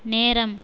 நேரம்